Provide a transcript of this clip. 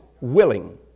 willing